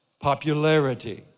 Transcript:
popularity